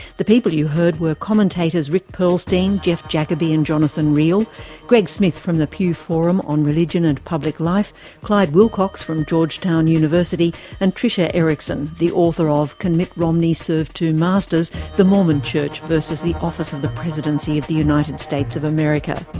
the people you heard were commentators rick perlstein, jeff jacoby and jonathan riehl greg smith, from the pew forum on religion and public life clyde wilcox from georgetown university and tricia erickson, the author of can mitt romney serve two masters? the mormon church versus the office of the presidency of the united states of america.